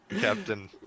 Captain